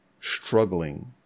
struggling